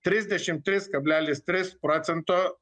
trisdešim trys kablelis tris procento